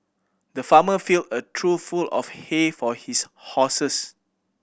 the farmer filled a trough full of hay for his horses